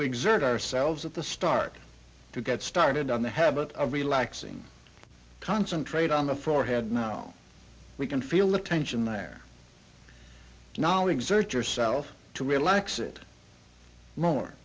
to exert ourselves at the start to get started on the habit of relaxing concentrate on the forehead now we can feel the tension there now exert yourself to relax it more